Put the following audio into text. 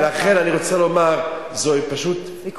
ולכן אני רוצה לומר, סיכום.